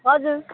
हजुर